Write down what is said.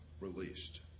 released